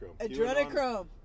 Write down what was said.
Adrenochrome